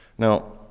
Now